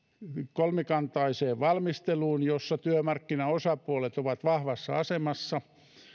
kolmikantaiseen valmisteluun jossa työmarkkinaosapuolet ovat vahvassa asemassa